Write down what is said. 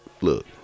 look